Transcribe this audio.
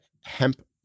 hemp